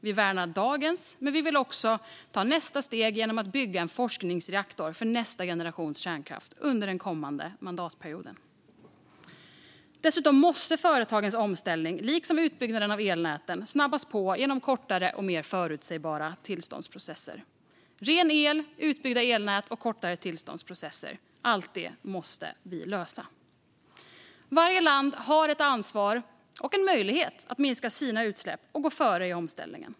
Vi värnar dagens kärnkraft, men vi vill också ta nästa steg genom att bygga en forskningsreaktor för nästa generations kärnkraft under den kommande mandatperioden. Dessutom måste företagens omställning liksom utbyggnaden av elnäten snabbas på genom kortare och mer förutsägbara tillståndsprocesser. Ren el, utbyggda elnät och kortare tillståndsprocesser - allt detta måste vi lösa. Varje land har ett ansvar och en möjlighet att minska sina utsläpp och gå före i omställningen.